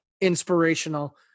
inspirational